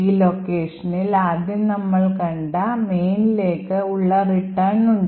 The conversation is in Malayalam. ഈ locationൽ ആദ്യം നമ്മൾ കണ്ട mainലേക്ക് ഉള്ള return ഉണ്ട്